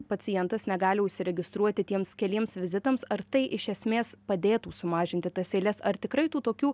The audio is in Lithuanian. pacientas negali užsiregistruoti tiems keliems vizitams ar tai iš esmės padėtų sumažinti tas eiles ar tikrai tų tokių